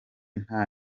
nta